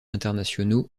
internationaux